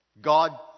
God